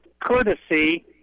courtesy